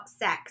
sex